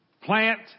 plant